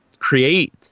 create